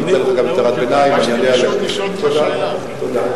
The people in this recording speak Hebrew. ביקשתי לשאול אותו שאלה.